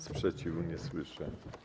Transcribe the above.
Sprzeciwu nie słyszę.